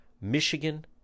Michigan